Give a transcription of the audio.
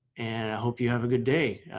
and i hope you have a good day.